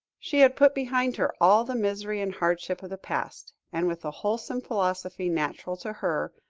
she had put behind her all the misery and hardship of the past, and, with the wholesome philosophy natural to her,